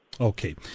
Okay